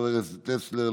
חבר הכנסת טסלר,